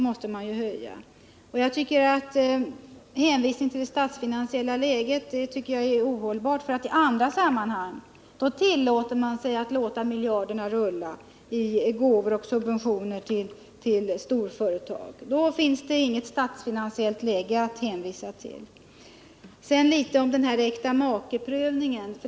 Jag tycker att det är ohållbart att hänvisa till det statsfinansiella läget. I andra sammanhang tillåter man sig att låta miljarderna rulla i gåvor och subventioner till storföretag. Då finns det inget statsfinansiellt läge att hänvisa till! Sedan vill jag säga några ord om äktamakeprövningen.